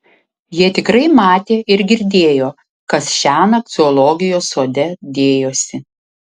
jie tikrai matė ir girdėjo kas šiąnakt zoologijos sode dėjosi